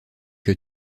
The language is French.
que